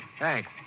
Thanks